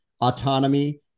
autonomy